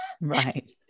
Right